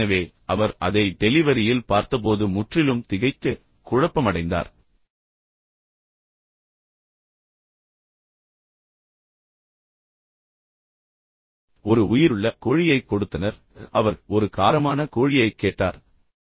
எனவே அவர் அதை டெலிவரியில் பார்த்தபோது முற்றிலும் திகைத்து குழப்பமடைந்தார் ஒரு உயிருள்ள கோழியைக் கொடுத்தனர் அவர் பசியாக இருந்தபோது அவர் ஒரு காரமான கோழியைக் கேட்டுக்கொண்டிருந்தார்